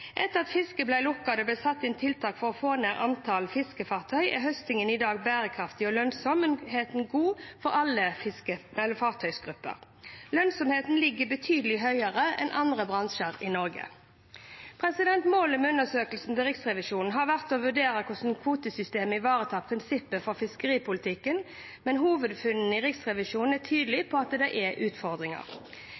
Etter at fisket ble lukket og det ble satt inn tiltak for å få ned antall fiskefartøy, er høstingen i dag bærekraftig og lønnsomheten god for alle fartøygrupper. Lønnsomheten ligger betydelig høyere enn for andre bransjer i Norge. Målet med undersøkelsen til Riksrevisjonen har vært å vurdere hvordan kvotesystemet ivaretar prinsippet for fiskeripolitikken, men hovedfunnene til Riksrevisjonen er